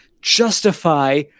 justify